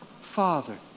father